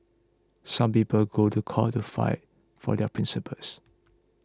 some people go to court to fight for their principles